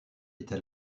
était